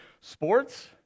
sports